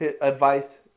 advice